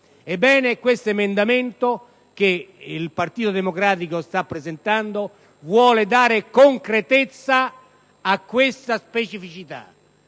Ebbene, questo emendamento che il Partito Democratico ha presentato vuole dare concretezza a questa specificità